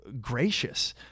gracious